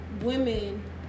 Women